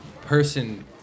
person